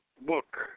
book